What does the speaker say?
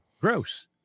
gross